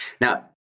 Now